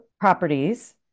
Properties